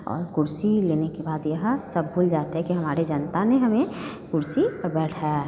और कुर्सी लेने के बाद यह सब भूल जाते कि हम हमारी जनता ने हमें कुर्सी पर बैठाया है